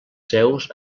seus